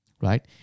right